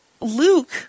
Luke